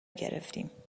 گرفتیم